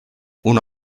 una